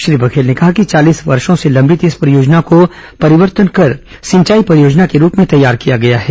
श्री बघेल ने कहा कि चालीस वर्षो से लंबित इस परियोजना को परिवर्तन कर सिंचाई परियोजना के रूप में तैयार किया गया है